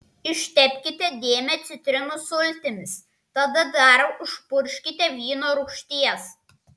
ištepkite dėmę citrinų sultimis tada dar užpurkškite vyno rūgšties